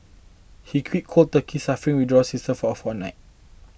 he quit cold turkey suffering withdrawal symptoms for a fortnight